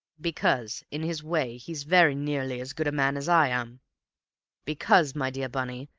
because, in his way he's very nearly as good a man as i am because, my dear bunny,